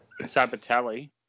Sabatelli